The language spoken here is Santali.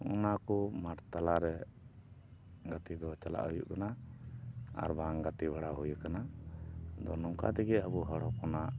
ᱚᱱᱟ ᱠᱚ ᱢᱟᱴᱷ ᱛᱟᱞᱟᱨᱮ ᱜᱟᱛᱮ ᱫᱚ ᱪᱟᱞᱟᱜ ᱦᱩᱭᱩᱜ ᱠᱟᱱᱟ ᱟᱨ ᱵᱟᱝ ᱜᱟᱛᱮ ᱵᱟᱲᱟ ᱦᱩᱭ ᱟᱠᱟᱱᱟ ᱟᱫᱚ ᱱᱚᱝᱠᱟ ᱛᱮᱜᱮ ᱟᱵᱚ ᱦᱚᱲ ᱦᱚᱯᱚᱱᱟᱜ